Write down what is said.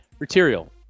material